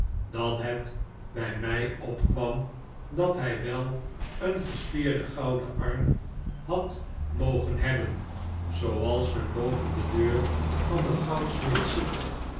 dat het bij mij opkwam dat hij wel een gespierden gouden arm had mogen hebben zooals men boven de deur van een goudsmid ziet